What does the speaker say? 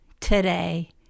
today